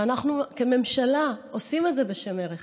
ואנחנו כממשלה עושים את זה בשם ערך,